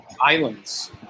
islands